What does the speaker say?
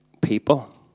people